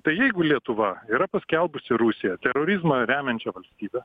tai jeigu lietuva yra paskelbusi rusiją terorizmą remiančia valstybe